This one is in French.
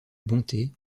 bonté